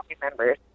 members